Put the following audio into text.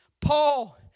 Paul